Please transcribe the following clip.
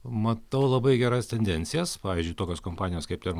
matau labai geras tendencijas pavyzdžiui tokios kompanijos kaip ten